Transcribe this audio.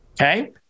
Okay